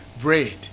bread